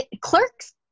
Clerks